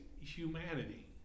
humanity